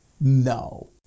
No